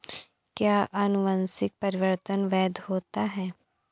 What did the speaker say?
क्या अनुवंशिक परिवर्तन वैध होता है?